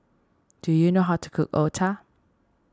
do you know how to cook Otah